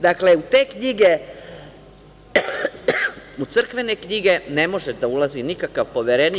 Dakle, u te knjige, u crkvene knjige ne može da ulazi nikakav poverenik.